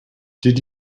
did